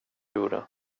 gjorde